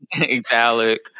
italic